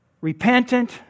repentant